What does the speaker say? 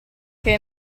che